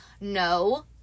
no